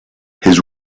his